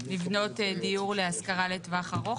לבנות דיור להשכרה לטווח ארוך.